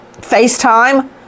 FaceTime